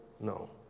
No